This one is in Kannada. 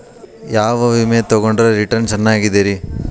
ಯಾವ ವಿಮೆ ತೊಗೊಂಡ್ರ ರಿಟರ್ನ್ ಚೆನ್ನಾಗಿದೆರಿ?